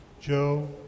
Joe